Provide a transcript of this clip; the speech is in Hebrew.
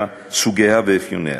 סוגיה ואפיוניה